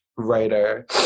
writer